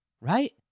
right